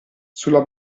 sulla